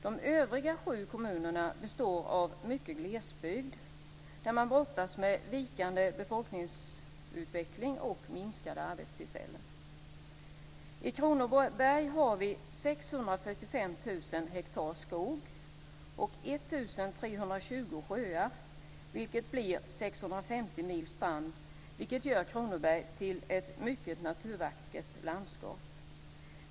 De övriga sju kommunerna består av mycket glesbygd, där man brottas med vikande befolkningsutveckling och minskande arbetstillfällen. I Kronoberg har vi 645 000 hektar skog och 1 320 sjöar, vilket gör 650 mil strand. Det gör Kronoberg till ett mycket naturvackert landskap.